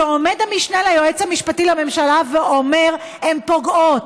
שעליהן עומד המשנה ליועץ המשפטי לממשלה ואומר: הן פוגעות,